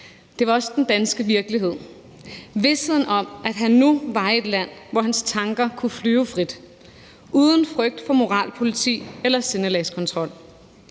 det var også den danske virkelighed med visheden om, at han nu var i et land, hvor hans tanker kunne flyve frit – uden frygt for moralpoliti eller sindelagskontrol.